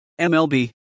MLB